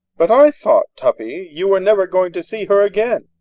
but i thought, tuppy, you were never going to see her again!